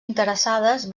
interessades